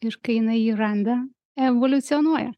ir kai jinai jį randa evoliucionuoja